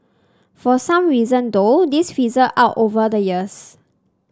for some reason though this fizzled out over the years